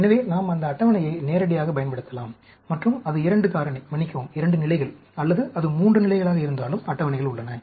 எனவே நாம் அந்த அட்டவணையை நேரடியாகப் பயன்படுத்தலாம் மற்றும் அது 2 காரணி மன்னிக்கவும் 2 நிலைகள் அல்லது அது 3 நிலைகளாக இருந்தாலும் அட்டவணைகள் உள்ளன